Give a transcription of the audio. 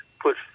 put